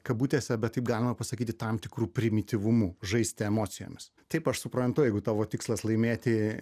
kabutėse bet taip galima pasakyti tam tikru primityvumu žaisti emocijomis taip aš suprantu jeigu tavo tikslas laimėti